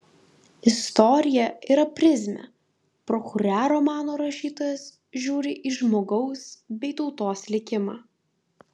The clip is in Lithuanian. istorija yra prizmė pro kurią romano rašytojas žiūri į žmogaus bei tautos likimą